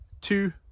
Two